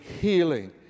healing